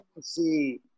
see